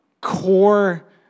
core